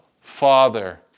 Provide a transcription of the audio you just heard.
Father